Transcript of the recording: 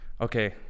Okay